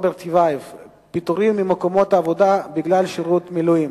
הוא פיטורים ממקומות עבודה בגלל שירות מילואים,